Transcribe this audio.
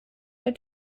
der